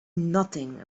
nothing